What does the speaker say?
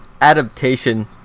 adaptation